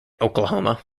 oklahoma